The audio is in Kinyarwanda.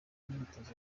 mwitozo